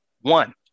One